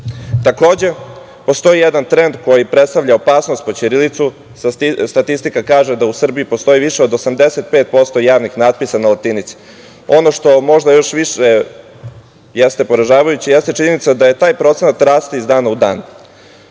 susedne. Takođe, postoji jedan trend koji predstavlja opasnost po ćirilicu. Statistika kaže da u Srbiji postoji više od 85% javnih natpisa na latinici. Ono što možda još više jeste poražavajuće jeste činjenica da taj procenat raste iz dana u dan. Ovim